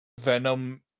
venom